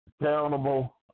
accountable